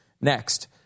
Next